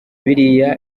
biriya